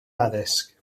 addysg